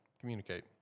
communicate